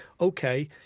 okay